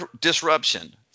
disruption